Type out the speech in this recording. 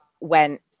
went